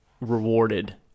rewarded